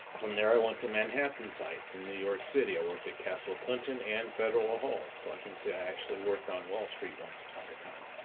from there i went to manhattan sites in new york city. i worked at castle clinton and federal hall. so i can say i actually worked on wall street once upon a time.